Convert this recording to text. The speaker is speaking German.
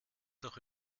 doch